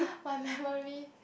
my memory